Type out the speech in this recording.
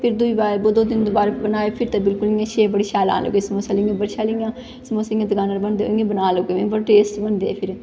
फिर दूई बार दो तिन्न बार बनाए फिर ते बिलकुल इ'यां शेप बड़े शैल आन लगे समोसे आह्ली इ'यां बड़े शैल इ'यां समोसे इ'यां दकानै पर बनदे इ'यां बनान लगी पेई में बड़े टेस्टी बनदे फिर